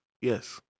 Yes